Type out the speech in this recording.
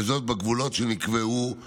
בגבולות שנקבעו בה.